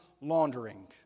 laundering